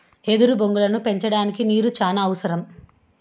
ఎదురు బొంగులను పెంచడానికి నీరు చానా అవసరం